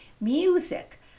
music